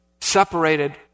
Separated